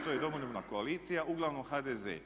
To je Domoljubna koalicija, uglavnom HDZ.